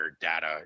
data